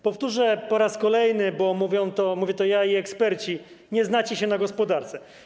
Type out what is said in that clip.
Powtórzę po raz kolejny, bo mówię to ja i mówią eksperci: nie znacie się na gospodarce.